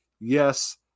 yes